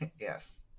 Yes